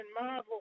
Marvel